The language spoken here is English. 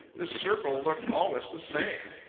this circle looked always the same.